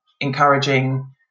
encouraging